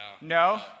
No